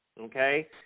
okay